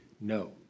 No